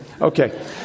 Okay